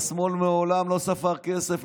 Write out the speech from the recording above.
השמאל מעולם לא ספר כסף,